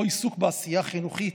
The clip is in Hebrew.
או עיסוק בעשייה חינוכית,